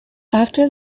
after